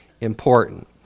important